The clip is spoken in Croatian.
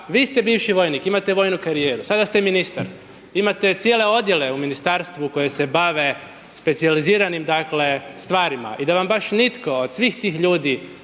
vi ste bivši vojnik, imate vojnu karijeru, sada ste ministar, imate cijele odjele u Ministarstvu, koje se bave specijaliziranim stvarima i da vam baš nitko od svih tih ljudi